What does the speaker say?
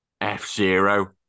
f-zero